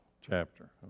chapter